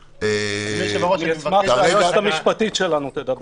אני אשמח שהיועצת המשפטית שלנו תדבר.